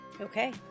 Okay